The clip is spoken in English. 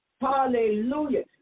hallelujah